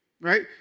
Right